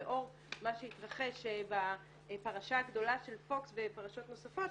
לאור מה שהתרחש בפרשה הגדולה של פוקס ופרשות נוספות.